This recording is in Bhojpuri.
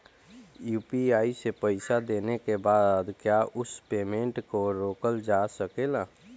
यू.पी.आई से पईसा देने के बाद क्या उस पेमेंट को रोकल जा सकेला?